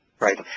Right